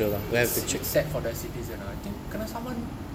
it's it's set for their citizen ah I think kena saman